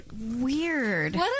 weird